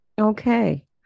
Okay